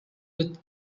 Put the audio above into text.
with